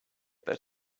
that